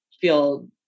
feel